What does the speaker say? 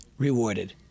rewarded